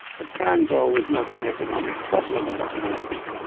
but crown gall was not an economic problem on tomatoes.